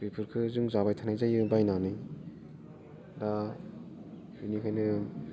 बेफोरखौ जों जाबाय थानाय जायो बायनानै दा बेनिखायनो